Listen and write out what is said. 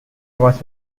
was